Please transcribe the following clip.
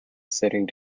sitting